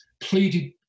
pleaded